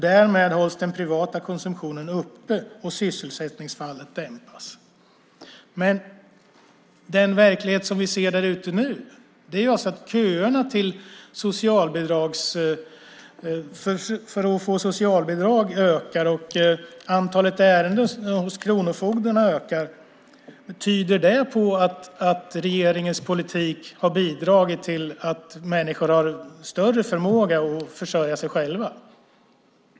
Därmed hålls den privata konsumtionen uppe och sysselsättningsfallet dämpas." Ändå är den verklighet som vi ser där ute att köerna för att få socialbidrag ökar och antalet ärenden hos kronofogdarna ökar. Tyder det på att regeringens politik har bidragit till att människor har större förmåga att försörja sig själva?